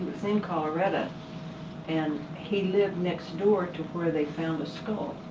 he was in colorado and he lived next door to where they found a skull.